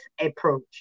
approach